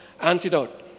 antidote